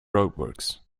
roadworks